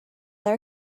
that